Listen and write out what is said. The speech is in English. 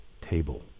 table